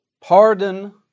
pardon